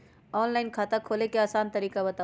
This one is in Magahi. ऑनलाइन खाता खोले के आसान तरीका बताए?